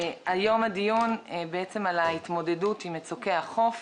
היום הדיון על ההתמודדות עם מצוקי החוף,